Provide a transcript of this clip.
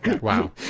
Wow